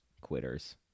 Quitters